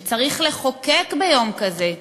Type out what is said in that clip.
שצריך לחוקק ביום כזה,